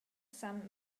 san